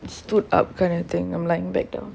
stood up kind of thing and lying better